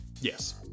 Yes